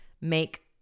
make